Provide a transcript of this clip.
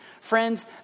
Friends